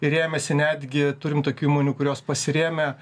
ir rėmėsi netgi turim tokių įmonių kurios pasirėmė